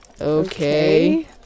Okay